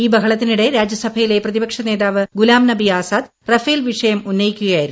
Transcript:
ഈ ബഹളത്തിനിടെ രാജ്യസഭയിലെ പ്രതിപക്ഷ നേതാവ് ഗുലാം നബി ആസാദ് റഫേൽ വിഷയം ഉന്നയിക്കുകയായിരുന്നു